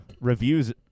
reviews